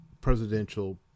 presidential